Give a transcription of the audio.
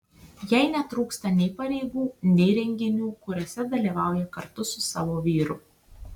jai netrūksta nei pareigų nei renginių kuriuose dalyvauja kartu su savo vyru